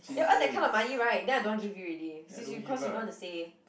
you earn that kind of money [right] then I don't want to give you already since you cause you don't want to say